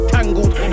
tangled